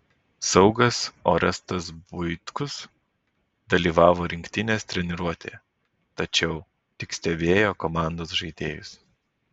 saugas orestas buitkus dalyvavo rinktinės treniruotėje tačiau tik stebėjo komandos žaidėjus